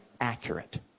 accurate